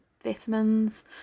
vitamins